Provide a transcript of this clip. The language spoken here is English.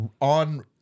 on